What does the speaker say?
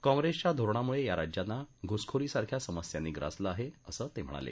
काँग्रेसच्या धोरणामुळं या राज्यांना घुसखोरी सारख्या समस्यांनी ग्रासलं आहे असं ते म्हणाले